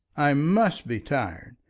i must be tired.